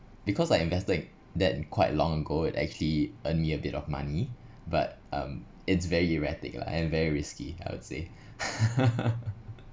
because I invested that quite long ago it actually earn me a bit of money but um it's very erratic lah and very risky I would say